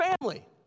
family